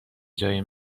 جای